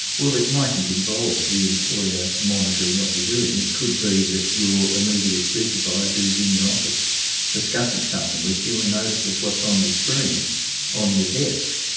well, it mightn't involve the employer monitoring what you're doing, it could be that your immediate supervisor is in your office discussing something with you and notices what's on your screen on your desk.